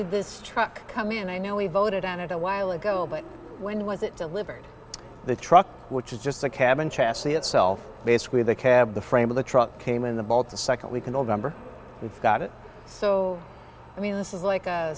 did this truck come in and i know we voted on it a while ago but when was it delivered the truck which is just the cabin chassis itself basically the cab the frame of the truck came in the bolt the second we can all go we've got it so i mean this is like a